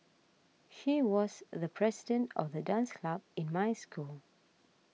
he was the president of the dance club in my school